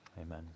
amen